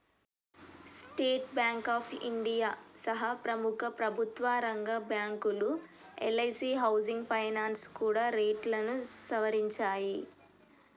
state bank of India సహా ప్రముఖ ప్రభుత్వరంగ బ్యాంకులు, ఎల్ఐసీ హౌసింగ్ ఫైనాన్స్ కూడా రేట్లను సవరించాయి